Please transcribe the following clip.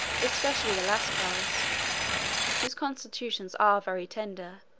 especially the lascars, whose constitutions are very tender,